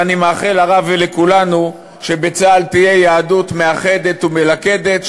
ואני מאחל לרב ולכולנו שבצה"ל תהיה יהדות מאחדת ומלכדת,